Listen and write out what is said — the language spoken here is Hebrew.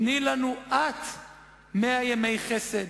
תני לנו את מאה ימי חסד.